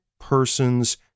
person's